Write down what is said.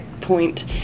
point